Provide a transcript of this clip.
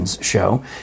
show